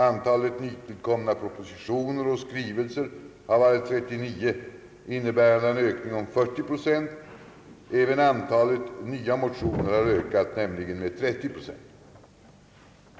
Antalet nytillkomna propositioner och skrivelser har varit 39, innebärande en ökning om 40 procent. även antalet nya motioner har ökat, nämligen med 30 procent.